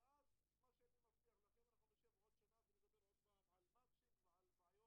קודם כול, האחריות היא של הרשות